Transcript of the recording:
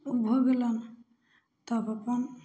ओ भऽ गेलनि तब अपन